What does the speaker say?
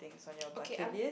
okay I'm